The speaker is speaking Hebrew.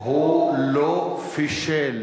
הוא פישל